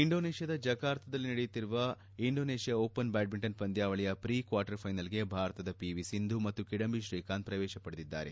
ಇಂಡೋನ್ಲೇಷ್ಲಾದ ಜಕಾರ್ತನ್ನಲ್ಲಿ ನಡೆಯುತ್ತಿರುವ Indonesia Open badminton ಪಂದ್ನಾವಳಿಯ ಪ್ರೀ ಕ್ನಾರ್ಟರ್ ಫೈನಲ್ಗೆ ಭಾರತದ ಪಿ ವಿ ಸಿಂಧು ಮತ್ತು ಕಿಡಂಬಿ ಶ್ರೀಕಾಂತ್ ಪ್ರವೇಶ ಪಡೆದಿದ್ದಾರೆ